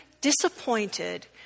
disappointed